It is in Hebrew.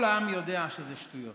כל העם יודע שזה שטויות,